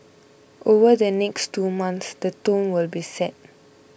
over the next two months the tone will be set